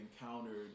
encountered